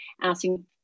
asking